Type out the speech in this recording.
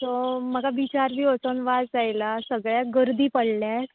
so म्हाका बिचार बी वचन वाज आयला सगळ्याक गर्दी पडल्यात